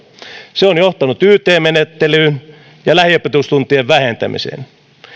se on johtanut yt menettelyyn ja lähiopetustuntien vähentämiseen